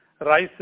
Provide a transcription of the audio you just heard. Rice